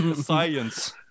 Science